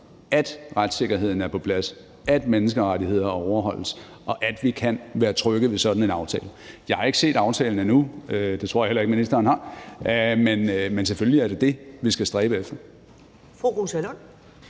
at retssikkerheden er på plads, at menneskerettigheder overholdes, og at vi kan være trygge ved sådan en aftale. Jeg har ikke set aftalen endnu, og det tror jeg heller ikke ministeren har, men selvfølgelig er det det, vi skal stræbe efter.